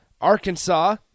Arkansas